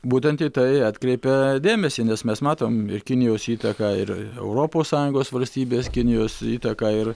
būtent į tai atkreipia dėmesį nes mes matom kinijos įtaką ir europos sąjungos valstybės kinijos įtaką ir